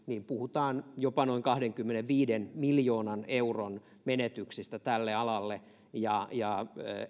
niin puhutaan jopa noin kahdenkymmenenviiden miljoonan euron menetyksistä tälle alalle